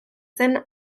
zen